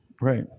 Right